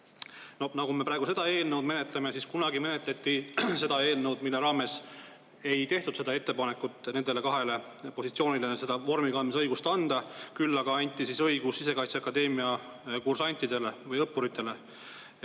Nagu me praegu seda eelnõu menetleme, siis kunagi menetleti seda eelnõu, mille raames ei tehtud seda ettepanekut nendele kahele positsioonile seda vormi kandmise õigust anda, küll aga anti see õigus Sisekaitseakadeemia kursantidele või õppuritele.